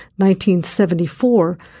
1974